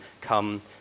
come